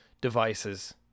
devices